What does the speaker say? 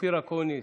אופיר אקוניס,